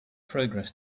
progress